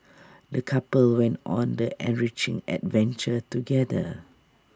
the couple went on the enriching adventure together